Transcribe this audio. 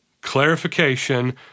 clarification